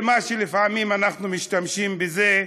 ולפעמים אנחנו משתמשים בזה,